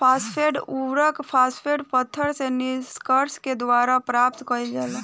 phosphate उर्वरक, phosphate पत्थर से निष्कर्षण के द्वारा प्राप्त कईल जाला